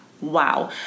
wow